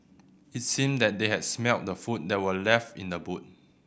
it seemed that they had smelt the food that were left in the boot